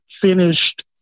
finished –